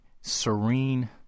serene